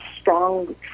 strong